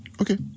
Okay